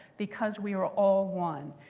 because we are all one.